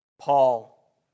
Paul